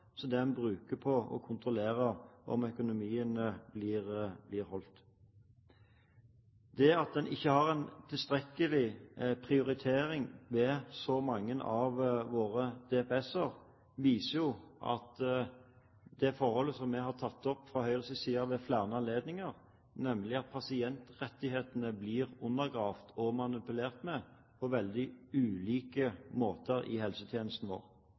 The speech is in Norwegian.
en bruker på å kontrollere om økonomien blir holdt. At en ikke har en tilstrekkelig prioritering ved så mange av våre DPS-er, viser jo det som vi fra Høyres side har tatt opp ved flere anledninger, nemlig at pasientrettighetene blir undergravd og manipulert med på veldig ulike måter i helsetjenesten vår.